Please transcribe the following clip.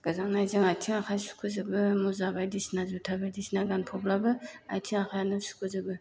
गोजांनायजों आथिं आखाइ सुखो जोबो मुजा बायदिसिना जुथा बायदिसिना गानफबलाबो आथिं आखाइयानो सुखो जोबो